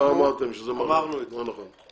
לא אמרתם, לא נכון.